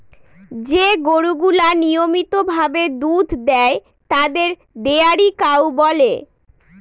যে গরুগুলা নিয়মিত ভাবে দুধ দেয় তাদের ডেয়ারি কাউ বলে